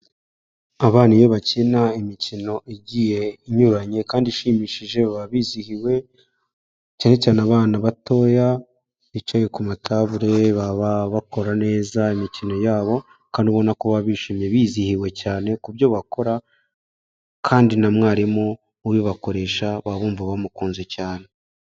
Abana iyo bakina imikino igiye inyuranye kandi ishimishije baba bizihiwe, cyane cyane abana batoya, bicaye ku matabure baba bakora neza imikino yabo, kandi ubona ko baba bishimye bizihiwe cyane ku byo bakora, kandi na mwarimu ubibakoresha baba bumva bamukunze cyane.